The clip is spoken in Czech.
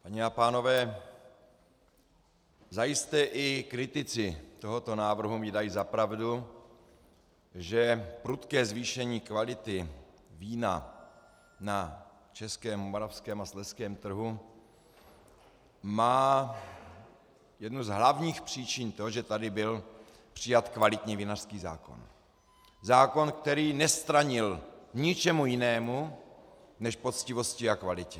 Paní a pánové, zajisté i kritici tohoto návrhu mi dají za pravdu, že prudké zvýšení kvality vína na českém, moravském a slezském trhu má jednu z hlavních příčin to, že tady byl přijat kvalitní vinařský zákon, který nestranil ničemu jinému než poctivosti a kvalitě.